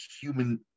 human